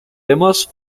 demos